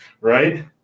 right